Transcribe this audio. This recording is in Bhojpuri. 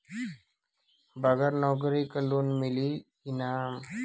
बगर नौकरी क लोन मिली कि ना?